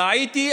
טעיתי,